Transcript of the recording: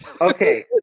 Okay